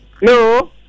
Hello